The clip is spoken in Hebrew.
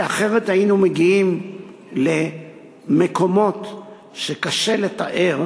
כי אחרת היינו מגיעים למקומות שקשה לתאר